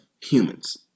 humans